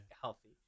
healthy